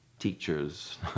Teachers